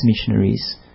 missionaries